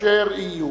אשר יהיו.